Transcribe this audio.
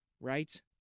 right